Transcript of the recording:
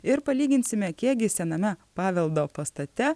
ir palyginsime kiek gi sename paveldo pastate